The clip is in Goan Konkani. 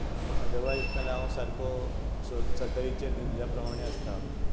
आनी अदरवायज नाल्यार हांव सारखो चटईचेर न्हीदल्या प्रमाणे आसता